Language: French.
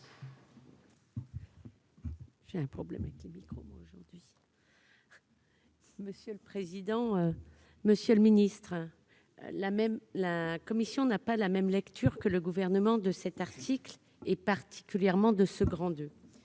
Monsieur le président, monsieur le secrétaire d'État, la commission n'a pas la même lecture que le Gouvernement de cet article, et particulièrement de son II.